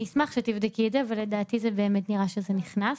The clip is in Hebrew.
אשמח שתבדקי את זה, אבל לדעתי נראה שזה נכנס.